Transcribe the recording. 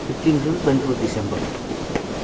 fifteenth June twenty four December